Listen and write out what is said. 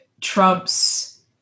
Trump's